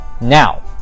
Now